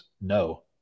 No